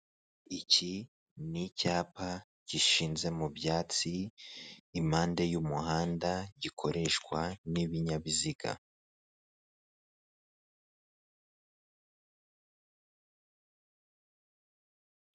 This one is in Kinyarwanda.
Iki ni icyapa gishinze mu byatsi impande y'umuhanda, gikoreshwa n'ibinyabiziga.